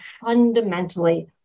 fundamentally